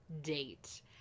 date